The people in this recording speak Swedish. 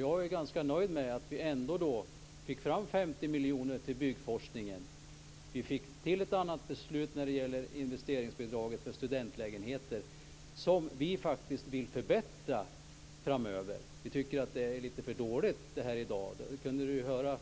Jag är ganska nöjd med att vi ändå fick fram 50 miljoner till byggforskningen. Vi fick till ett annat beslut när det gäller investeringsbidraget för studentlägenheter, som vi faktiskt vill förbättra framöver. Vi tycker att det är litet för dåligt i dag. Man kunde höra